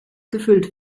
gefüllt